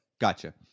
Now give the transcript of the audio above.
Gotcha